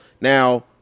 now